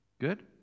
Good